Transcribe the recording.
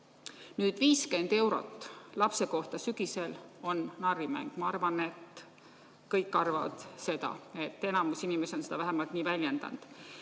50 eurot lapse kohta sügisel on narrimäng. Ma arvan, et kõik arvavad seda, enamus inimesi on seda vähemalt nii väljendanud.